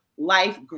life